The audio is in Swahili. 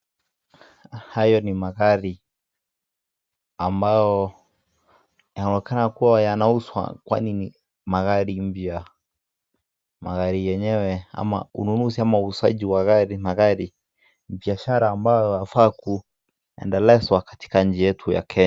Hayo ni magari ambayo yanaonekana kuwa yanauzwa kwani ni magari mpya. Magari yenyewe ama ununuzi au uuzaji wa gari, magari ni biashara ambayo inafaa kuendelezwa katika nchi yetu ya Kenya.